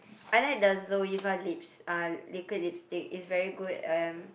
I like the Zoeva lips uh liquid lipstick it's very good and